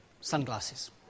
sunglasses